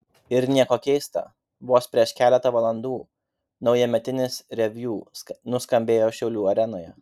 ir nieko keista vos prieš keletą valandų naujametinis reviu nuskambėjo šiaulių arenoje